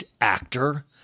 Actor